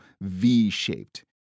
V-shaped